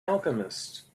alchemist